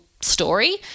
story